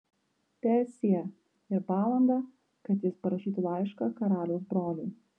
teesie ir valandą kad jis parašytų laišką karaliaus broliui